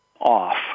off